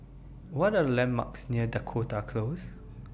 What Are landmarks near Dakota Close